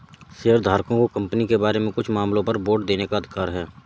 शेयरधारकों को कंपनी के बारे में कुछ मामलों पर वोट देने का अधिकार है